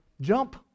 jump